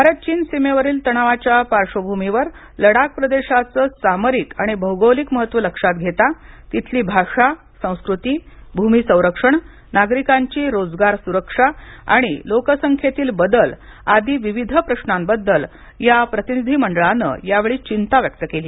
भारत चीन सीमेवरील तणावाच्या पार्श्वभूमीवर लडाख प्रदेशाचं सामरिक आणि भौगोलिक महत्त्व लक्षात घेता तिथली भाषा संस्कृती भूमी संरक्षण नागरिकांची रोजगार सुरक्षा आणि लोकसंख्येतील बदल आदी विविध प्रश्नांबद्दल या प्रतिनिधी मंडळाने यावेळी चिंता व्यक्त केली